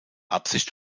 absicht